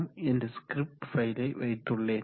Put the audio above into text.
m என்ற script ஃபைலை வைத்துள்ளேன்